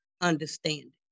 understanding